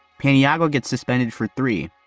peniagua gets suspended for three.